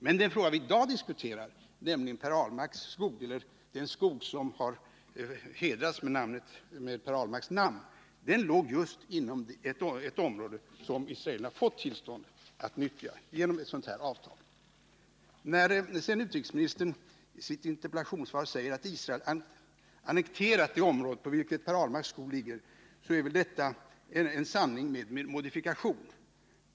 Men den fråga vi i dag diskuterar, nämligen den skog som har hedrats med Per Ahlmarks namn, låg just inom ett område som israelerna genom ett sådant här avtal fått tillstånd att nyttja. När utrikesministern i sitt interpellationssvar säger att Israel annekterat det område på vilket Per Ahlmarks skog ligger är väl detta en sanning med modifikation.